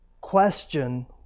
question